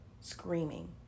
Screaming